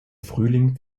frühling